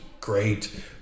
great